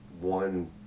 one